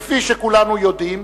כפי שכולנו יודעים,